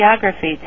geography